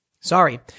Sorry